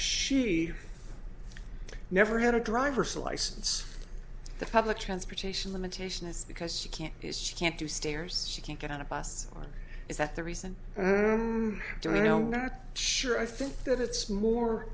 she never had a driver's license the public transportation limitation it's because she can't is she can't do stairs she can't get on a bus is that the reason i don't know not sure i think that it's more